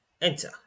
Enter